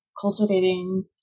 cultivating